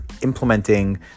implementing